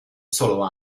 solo